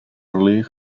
league